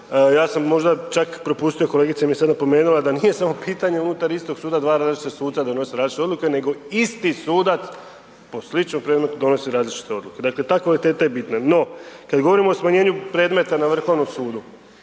Ja sam možda čak propustio kolegici, jer mi je sada napomenula, jer nije samo pitanje unutar istog suda, dva različita suca donose različite odluke, nego isti sudac po sličnom predmetu donosi različite odluku. Dakle, ta kvaliteta je bitna. No kada govorimo o smanjenju predmeta na Vrhovnom sudu,